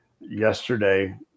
yesterday